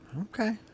Okay